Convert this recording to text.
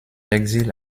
exil